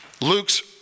Luke's